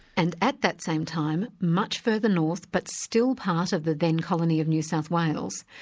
and at that same time, much further north but still part of the then colony of new south wales,